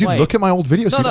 look at my old videos, but